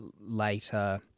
later